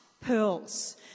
pearls